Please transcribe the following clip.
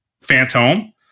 phantom